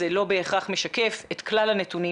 אז זה לא בהכרח משקף את כלל הנתונים,